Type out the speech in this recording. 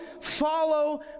follow